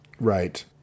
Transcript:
Right